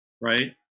right